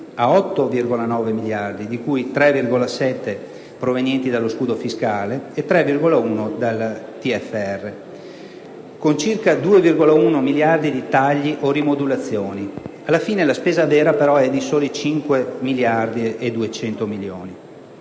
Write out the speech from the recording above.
a 8,9 miliardi, di cui 3,7 provenienti dallo scudo fiscale e 3,1 dal TFR, con circa 2,1 miliardi di tagli o rimodulazioni; alla fine la spesa vera, però, è di soli 5,2 miliardi.